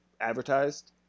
advertised